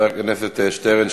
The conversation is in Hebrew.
חבר הכנסת שטרן,